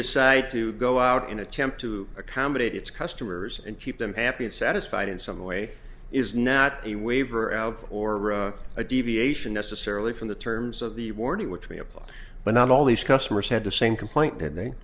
decide to go out and attempt to accommodate its customers and keep them happy and satisfied in some way is not a waiver or a deviation necessarily from the terms of the warning which may apply but not all these customers had the same complaint and they